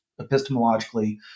epistemologically